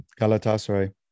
Galatasaray